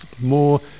more